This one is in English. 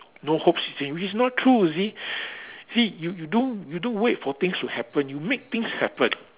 no hope which is not true you see see you do you don't wait for things to happen you make things happen